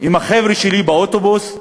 עם החבר'ה שלי באוטובוס,